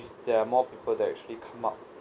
there are more people that actually come up